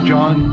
John